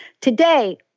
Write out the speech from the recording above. Today